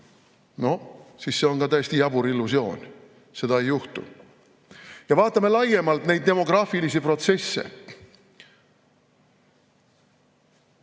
no siis see on ka täiesti jabur illusioon. Seda ei juhtu. Vaatame laiemalt neid demograafilisi protsesse.